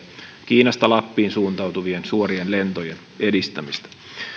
kiinasta lappiin suuntautuvien suorien lentojen edistämistä